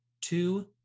two